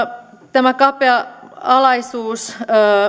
tämä kapea alaisuus